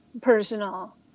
personal